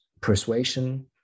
persuasion